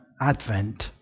Advent